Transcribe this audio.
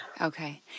Okay